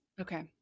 Okay